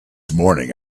morning